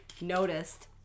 noticed